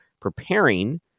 preparing